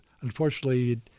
unfortunately